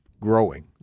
growing